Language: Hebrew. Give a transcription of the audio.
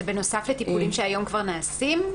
זה בנוסף לטיפולים שהיום כבר נעשים?